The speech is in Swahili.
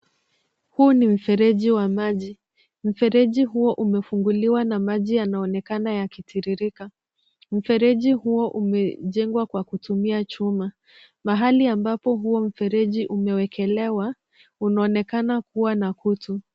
Huu ni mfereji wa maji, mfereji huo umefunguliwa na maji yanaonekana yakitiririka mfereji huo umejengwa kwa kutumia chuma. Mahali ambapo huo mfereji umewekelewa unaonekana kuwa na kutu.